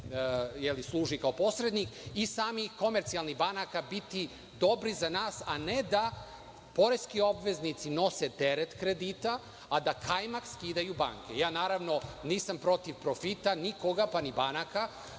služi kao posrednik, i samih komercijalnih banaka biti dobri za nas, a ne da poreski obveznici nose teret kredita, a da kajmak skidaju banke. Naravno, nisam protiv profita, nikoga, pa ni banaka,